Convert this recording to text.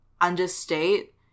understate